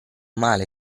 male